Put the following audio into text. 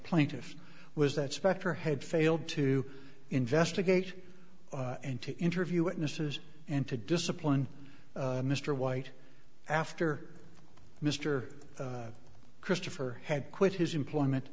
plaintiff was that spector had failed to investigate and to interview witnesses and to discipline mr white after mister christopher had quit his employment